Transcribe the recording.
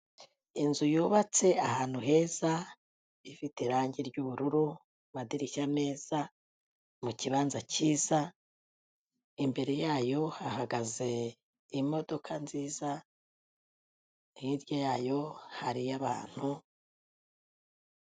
Inzu yubatse ahantu heza, ifite irangi ry'ubururu, amadirishya meza, mu kibanza cyiza, imbere yayo hahagaze imodoka nziza, hirya yayo hariyo abantu.